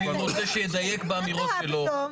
אני רוצה שידייק באמירות שלו.